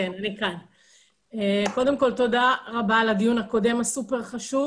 תודה רבה על הדיון הקודם הסופר חשוב